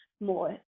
more